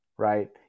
Right